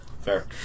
fair